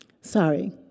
Sorry